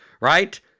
right